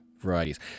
varieties